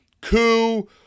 coup